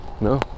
no